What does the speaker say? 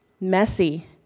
messy